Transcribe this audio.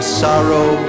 sorrow